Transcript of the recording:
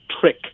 trick